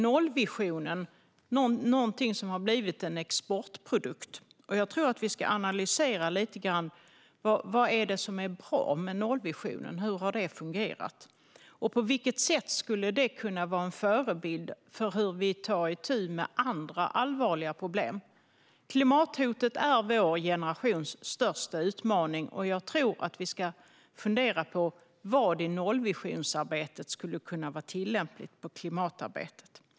Nollvisionen är någonting som har blivit en exportprodukt. Jag tror att vi lite grann ska analysera vad det är som är bra med den och hur den har fungerat. Och på vilket sätt skulle den kunna vara en förebild för hur vi tar itu med andra allvarliga problem? Klimathotet är vår generations största utmaning, och jag tror att vi ska fundera på vad i nollvisionsarbetet som skulle kunna vara tillämpligt på klimatarbetet.